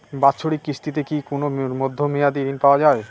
বাৎসরিক কিস্তিতে কি কোন মধ্যমেয়াদি ঋণ পাওয়া যায়?